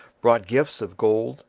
brought gifts of gold,